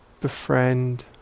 befriend